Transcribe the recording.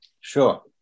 Sure